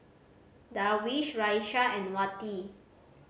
Darwish Raisya and Wati